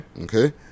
Okay